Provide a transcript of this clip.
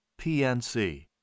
PNC